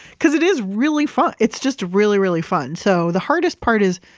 because it is really fun. it's just really, really fun. so, the hardest part is,